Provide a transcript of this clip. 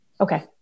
Okay